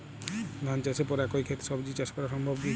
ধান চাষের পর একই ক্ষেতে সবজি চাষ করা সম্ভব কি?